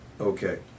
okay